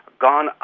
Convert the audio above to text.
gone